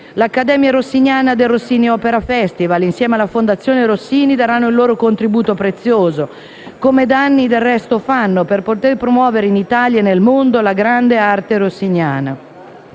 L'Accademia rossiniana del Rossini opera festival insieme alla Fondazione Rossini daranno il loro contributo prezioso, come da anni del resto fanno, per poter promuovere in Italia e nel mondo la grande arte rossiniana.